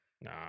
Nah